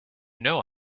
know